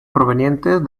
provenientes